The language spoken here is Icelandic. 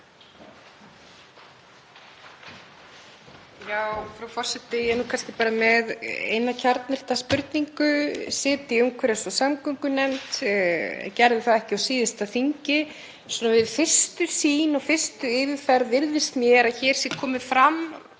Frú forseti. Ég er kannski bara með eina kjarnyrta spurningu. Ég sit í umhverfis- og samgöngunefnd, gerði það ekki á síðasta þingi. Við fyrstu sýn og fyrstu yfirferð virðist mér að hér sé komið fram